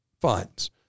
funds